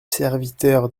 serviteur